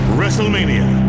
WrestleMania